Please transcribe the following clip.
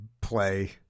play